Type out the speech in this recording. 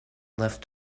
left